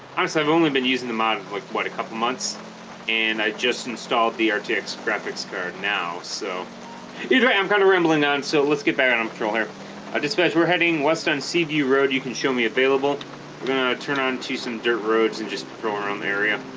so i've only been using the mod in like what a couple months and i just installed the rtx graphics card now so either way i'm kind of rambling down so let's get back on on patrol here ah dispatch we're heading west on sea view road you can show me available turn on to some dirt roads and just throw around the area